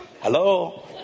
hello